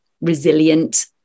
resilient